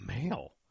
mail